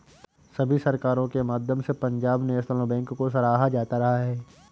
सभी सरकारों के माध्यम से पंजाब नैशनल बैंक को सराहा जाता रहा है